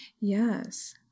Yes